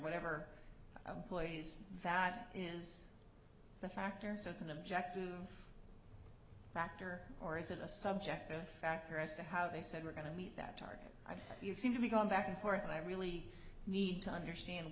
whatever poison that is the factor so it's an objective factor or is it a subjective factor as to how they said we're going to meet that target you seem to be going back and forth and i really need to understand